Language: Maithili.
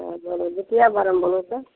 सहए बोले ले किया बारेमे बोलू तऽ